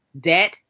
debt